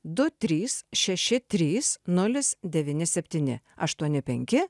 du trys šeši trys nulis devyni septyni aštuoni penki